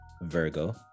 virgo